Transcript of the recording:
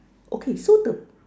okay so the